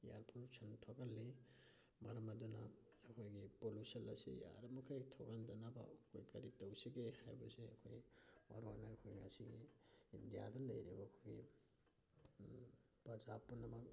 year pollution ꯊꯣꯛꯍꯜꯂꯤ ꯃꯔꯝ ꯑꯗꯨꯅ ꯑꯩꯈꯣꯏꯒꯤ ꯄꯣꯂꯨꯁꯟ ꯑꯁꯤ ꯌꯥꯔꯤꯕ ꯃꯈꯩ ꯊꯣꯛꯍꯟꯗꯅꯕ ꯑꯩꯈꯣꯏ ꯀꯔꯤ ꯇꯧꯁꯤꯒꯦ ꯍꯥꯏꯕꯁꯦ ꯑꯩꯈꯣꯏ ꯃꯔꯨꯑꯣꯏꯅ ꯑꯩꯈꯣꯏ ꯉꯁꯤꯒꯤ ꯏꯟꯗꯤꯌꯥꯗ ꯂꯩꯔꯤꯕ ꯑꯩꯈꯣꯏ ꯄ꯭ꯔꯖꯥ ꯄꯨꯝꯅꯃꯛ